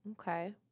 Okay